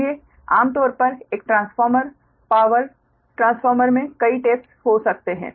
इसलिए आमतौर पर एक ट्रांसफ़ॉर्मर पावर ट्रांसफ़ॉर्मर में कई टैप्स हो सकते हैं